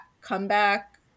comeback